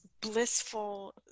blissful